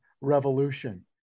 Revolution